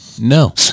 No